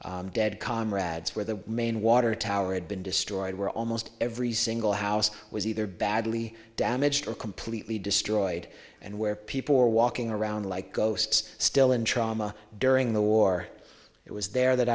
their dead comrades where the main water tower had been destroyed where almost every single house was either badly damaged or completely destroyed and where people were walking around like ghosts still in trauma during the war it was there that